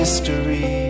History